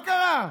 מה קרה?